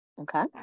okay